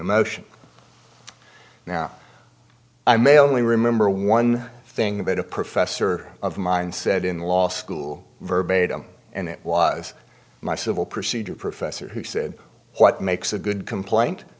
the motion now i may only remember one thing that a professor of mine said in law school verbatim and it was my civil procedure professor who said what makes a good complaint